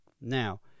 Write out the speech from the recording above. Now